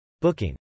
booking